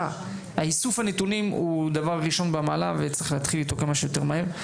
איסוף הנתונים הוא ראשון במעלה וצריך להתחיל אתו כמה שיותר מהר.